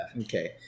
Okay